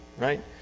right